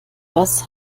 was